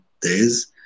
days